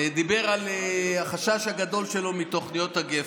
דיבר על החשש הגדול שלו מתוכניות הגפ"ן.